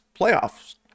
playoffs